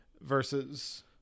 versus